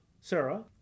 Sarah